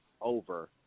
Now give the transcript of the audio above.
over